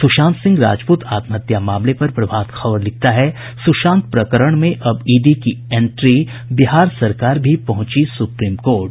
सुशांत सिंह राजपूत आत्महत्या मामले पर प्रभात खबर लिखता है सुशांत प्रकरण में अब ईडी की एंट्री बिहार सरकार भी पहुंची सुप्रीम कोर्ट